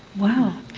wow.